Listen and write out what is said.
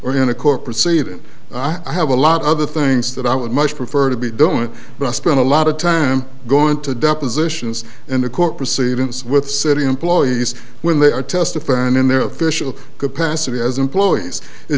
or in a court proceeding i have a lot of other things that i would much prefer to be doing but i spend a lot of time going to depositions and the court proceedings with city employees when they are testifying in their official capacity as employees it